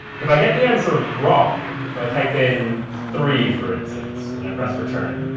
if i get the answer wrong, if i type in three, for instance, then i press return,